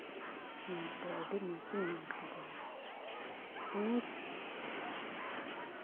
ᱧᱮᱞᱛᱮ ᱟᱹᱰᱤ ᱢᱚᱡᱽ ᱤᱧ ᱧᱮᱞ ᱠᱮᱫᱮᱭᱟ ᱚᱱᱟᱜᱮ